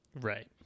Right